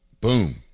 Boom